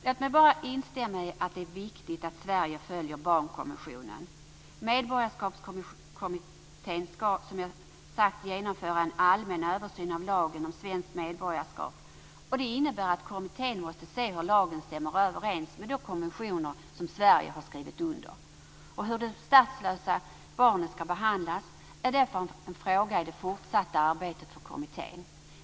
Låt mig bara instämma i att det är viktigt att Sverige följer barnkonventionen. Medborgarskapskommittén skall, som jag har sagt, genomföra en allmän översyn av lagen om svenskt medborgarskap. Det innebär att kommittén måste se hur lagen stämmer överens med de konventioner som Sverige har skrivit under. Hur de statslösa barnen skall behandlas är därför en fråga i det fortsatta arbetet för kommittén.